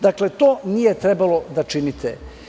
Dakle, to nije trebalo da činite.